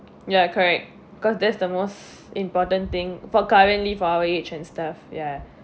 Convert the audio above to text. ya correct because that's the most important thing for currently for our age and stuff ya